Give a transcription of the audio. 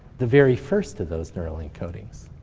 the very first of those neural encodings.